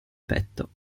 petto